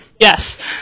Yes